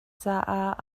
caah